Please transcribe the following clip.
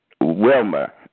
Wilmer